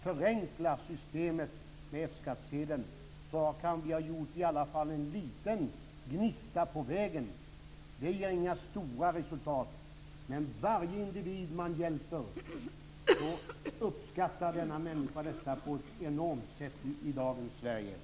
Förenkla systemet med F-skattsedeln, så har vi i alla fall kommit en liten bit på vägen. Det ger inga stora resultat, men varje individ man hjälper uppskattar detta enormt i dagens Sverige.